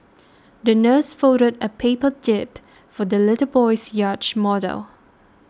the nurse folded a paper jib for the little boy's yacht model